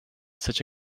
such